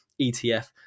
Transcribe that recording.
etf